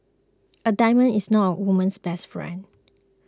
a diamond is not a woman's best friend